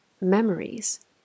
memories